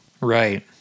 Right